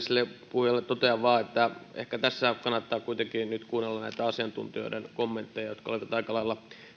puhujalle totean vain että ehkä tässä kannattaa kuitenkin nyt kuunnella näitä asiantuntijoiden kommentteja jotka olivat aika lailla